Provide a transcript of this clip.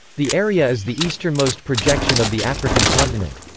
the area is the easternmost projection of the african continent.